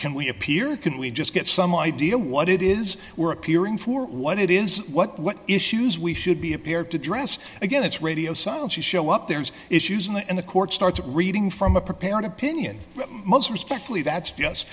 can we appear can we just get some idea what it is we're appearing for what it is what what issues we should be appeared to address again it's radio silence you show up there's issues and the court starts reading from a prepared opinion most respectfully that's just